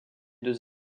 deux